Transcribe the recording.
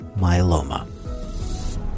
myeloma